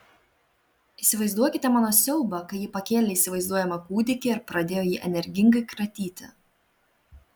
įsivaizduokite mano siaubią kai ji pakėlė įsivaizduojamą kūdikį ir pradėjo jį energingai kratyti